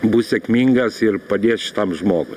bus sėkmingas ir padės šitam žmogui